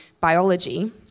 biology